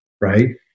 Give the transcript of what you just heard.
right